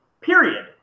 period